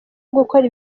gukora